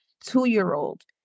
two-year-old